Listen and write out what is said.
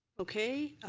okay.